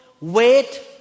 Wait